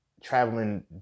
traveling